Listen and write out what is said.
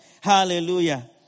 Hallelujah